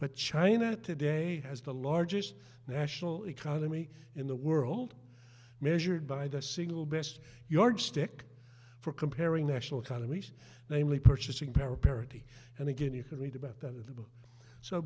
but china today has the largest national economy in the world measured by the single best yardstick for comparing national economies namely purchasing power parity and again you can read about th